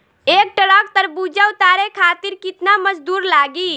एक ट्रक तरबूजा उतारे खातीर कितना मजदुर लागी?